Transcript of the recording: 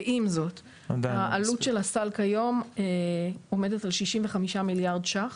ועם זאת העלות של הסל כיום עומדת על כ-65 מיליארד שקלים,